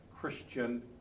Christian